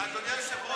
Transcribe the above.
אדוני היושב-ראש,